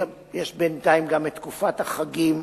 יש בינתיים גם תקופת חגים,